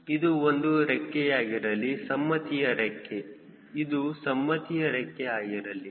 ಇದು ಒಂದು ರೆಕ್ಕೆಯಾಗಿರಲಿ ಸಮ್ಮತಿಯ ರೆಕ್ಕೆ ಇದು ಸಮ್ಮತಿಯ ರೆಕ್ಕೆ ಆಗಿರಲಿ